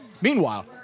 Meanwhile